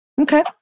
Okay